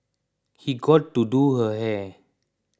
he got to do her hair